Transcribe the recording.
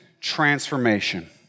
transformation